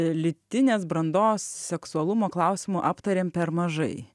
lytinės brandos seksualumo klausimų aptarėm per mažai